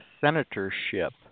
senatorship